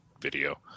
video